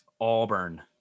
Auburn